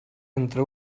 entre